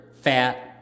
fat